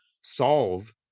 solve